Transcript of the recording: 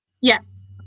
Yes